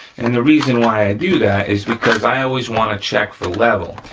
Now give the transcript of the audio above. and the reason why i do that is because i always wanna check for level.